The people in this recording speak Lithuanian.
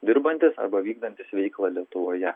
dirbantys arba vykdantys veiklą lietuvoje